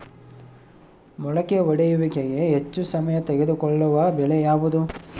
ಮೊಳಕೆ ಒಡೆಯುವಿಕೆಗೆ ಹೆಚ್ಚು ಸಮಯ ತೆಗೆದುಕೊಳ್ಳುವ ಬೆಳೆ ಯಾವುದು?